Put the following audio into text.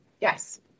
Yes